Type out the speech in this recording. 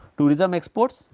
tourism exports,